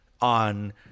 on